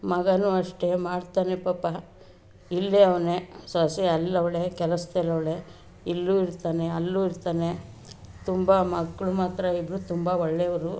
ಮಗನೂ ಅಷ್ಟೇ ಮಾಡ್ತಾನೆ ಪಾಪ ಇಲ್ಲೇ ಅವನೆ ಸೊಸೆ ಅಲ್ಲವಳೆ ಕೆಲಸ್ದಲ್ಲಿ ಅವಳೆ ಇಲ್ಲೂ ಇರ್ತಾನೆ ಅಲ್ಲೂ ಇರ್ತಾನೆ ತುಂಬ ಮಕ್ಕಳು ಮಾತ್ರ ಇಬ್ಬರೂ ತುಂಬ ಒಳ್ಳೆಯವ್ರು